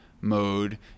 mode